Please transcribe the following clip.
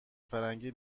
فرنگی